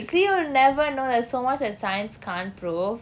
see you'll never know there's so much that science can't prove